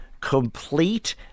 complete